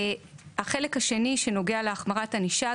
החלק השני שנוגע להחמרת ענישה,